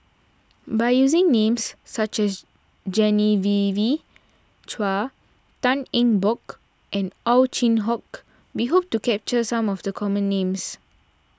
by using names such as Genevieve Chua Tan Eng Bock and Ow Chin Hock we hope to capture some of the common names